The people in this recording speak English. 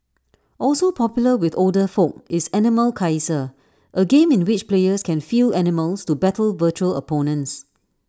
also popular with older folk is animal Kaiser A game in which players can field animals to battle virtual opponents